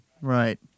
right